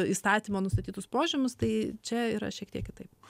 įstatymo nustatytus požymius tai čia yra šiek tiek kitaip